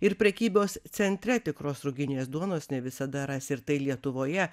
ir prekybos centre tikros ruginės duonos ne visada rasi ir tai lietuvoje